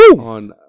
on